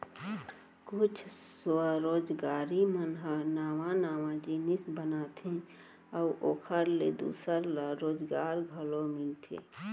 कुछ स्वरोजगारी मन ह नवा नवा जिनिस बनाथे अउ ओखर ले दूसर ल रोजगार घलो मिलथे